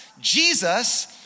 Jesus